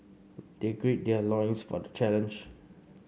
they gird their loins for the challenge